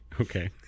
Okay